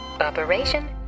Operation